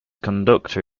conductor